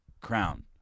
crown